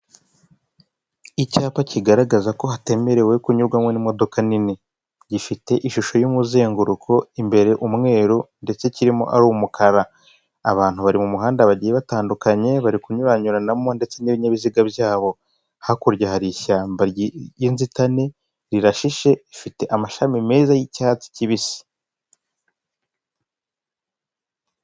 Icyapa kigaragaza ko hatemerewe kunyurwamo n'imodoka nini. Gifite ishusho w'umuzenguruko, imbere umweri, ndetse kirimo ari umukara. Abantu bari mu muhanda, bagiye batandukanye, bari kunyuranyuranamo ndetse n'ibinyabiziga byabo. Hakurya hari ishyamba ry'inzitane, irashishe, rifite amashami meza y'icyatsi kibisi.